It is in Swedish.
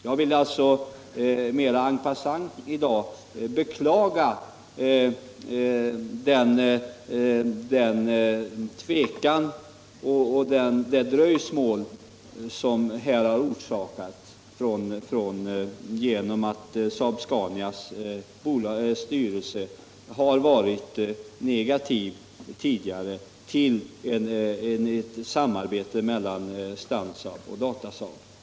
Jag vill alltså en passant i dag beklaga den tvekan och det dröjsmål som här har orsakats genom att SAAB-SCANIA:s styrelse tidigare har varit negativ till ett samarbete mellan Stansaab och Datasaab.